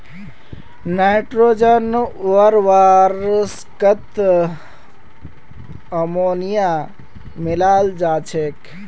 nitrogen उर्वरकत ammonia मिलाल जा छेक